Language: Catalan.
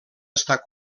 estar